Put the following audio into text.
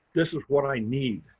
this is what i need.